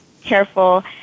careful